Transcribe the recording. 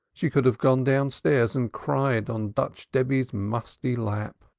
she could have gone downstairs and cried on dutch debby's musty lap.